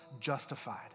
justified